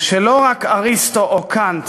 שלא רק אריסטו או קאנט